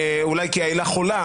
אולי כי העילה חולה,